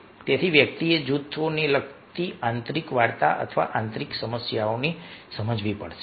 તેથી વ્યક્તિએ જૂથોને લગતી આંતરિક વાર્તા અથવા આંતરિક સમસ્યાઓને સમજવી પડશે